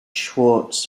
schwarz